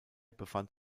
befand